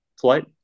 flight